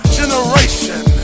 generation